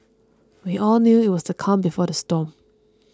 we all knew that it was the calm before the storm